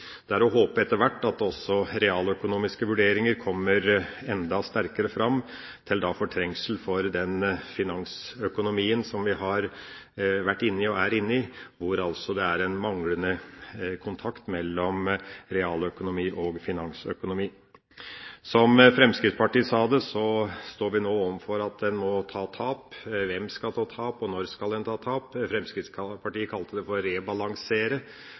Det er å håpe etter hvert at også realøkonomiske vurderinger kommer enda sterkere fram til fortrengsel for den finansøkonomien som vi har vært inne i, og er inne i, hvor det er en manglende kontakt mellom realøkonomi og finansøkonomi. Som Fremskrittspartiet sa det, står vi nå overfor at en må ta tap. Hvem skal ta tap, og når skal en ta tap? Fremskrittspartiet kalte det